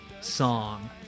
song